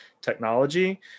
technology